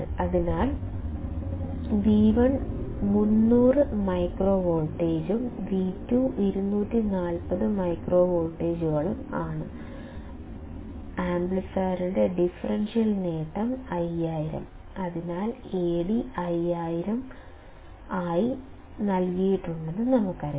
അതിനാൽ V1 300 micro വോൾട്ടുകളും V2 240 micro വോൾട്ടുകളും ആണ് ആംപ്ലിഫയറിന്റെ ഡിഫറൻഷ്യൽ നേട്ടം 5000 അതിനാൽ Ad 5000 ആയി നൽകിയിട്ടുണ്ടെന്ന് നമുക്കറിയാം